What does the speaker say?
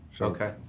Okay